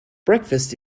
breakfast